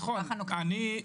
נכון.